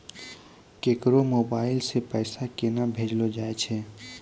केकरो मोबाइल सऽ पैसा केनक भेजलो जाय छै?